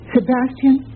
Sebastian